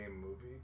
movie